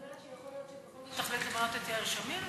זאת אומרת שיכול להיות שבכל זאת תחליט למנות את יאיר שמיר?